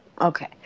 Okay